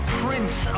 prince